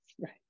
right